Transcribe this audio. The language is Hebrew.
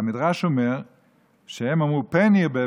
והמדרש אומר שהם אמרו "פן ירבה",